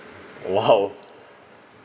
!wow!